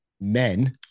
men